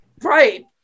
right